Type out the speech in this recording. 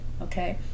okay